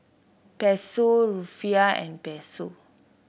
Peso Rufiyaa and Peso